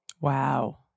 wow